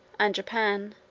and japan.